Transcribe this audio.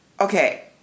okay